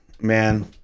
man